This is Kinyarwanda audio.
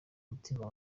mutima